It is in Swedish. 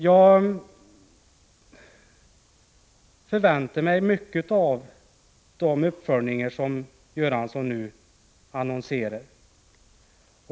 Jag förväntar mig mycket av de uppföljningar som Bengt Göransson nu annonserar.